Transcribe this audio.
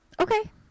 Okay